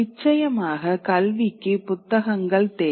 நிச்சயமாக கல்விக்கு புத்தகங்கள் தேவை